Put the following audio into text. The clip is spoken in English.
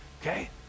okay